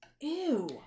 Ew